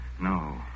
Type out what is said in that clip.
No